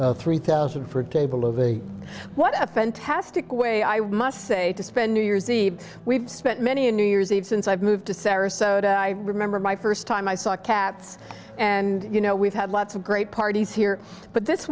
ok three thousand for a table of a what a fantastic way i would say to spend new year's eve we've spent many a new year's eve since i moved to sarasota i remember my first time i saw cats and you know we've had lots of great parties here but this